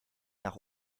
nach